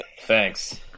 thanks